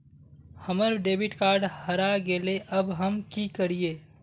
हमर debit card हरा गेले अब हम की करिये?